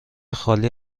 خالی